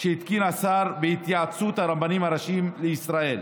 שהתקין השר בהתייעצות הרבנים הראשיים לישראל.